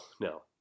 no